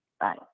bye